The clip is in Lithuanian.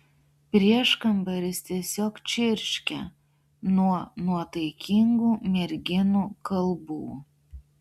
prieškambaris tiesiog čirškia nuo nuotaikingų merginų kalbų